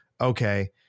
okay